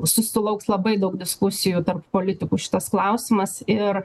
susilauks labai daug diskusijų tarp politikų šitas klausimas ir